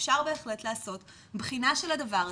אפשר בהחלט לעשות בחינה של הדבר הזה,